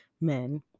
men